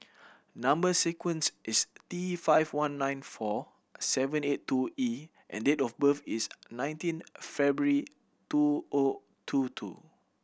number sequence is T five one nine four seven eight two E and date of birth is nineteen February two O two two